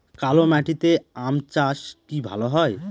কালো মাটিতে আম চাষ কি ভালো হয়?